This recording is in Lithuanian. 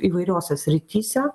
įvairiose srityse